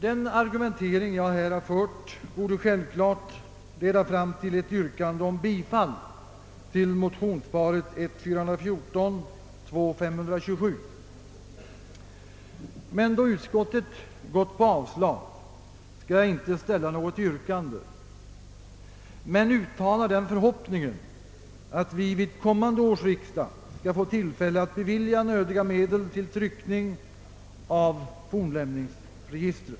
Den argumentering jag här har fört borde självklart leda fram till ett yr Då utskottet har gått in för avslag skall jag dock inte ställa något yrkande. Men jag vill uttala den förhoppningen, att vi vid ett kommande års riksdag skall få tillfälle att bevilja nödiga medel till tryckning av fornlämningsregistret.